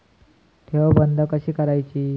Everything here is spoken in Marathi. ठेव बंद कशी करायची?